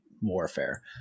warfare